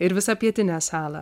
ir visą pietinę salą